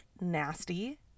nasty